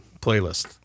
playlist